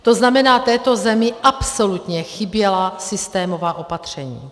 To znamená, této zemi absolutně chyběla systémová opatření.